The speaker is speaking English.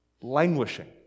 Languishing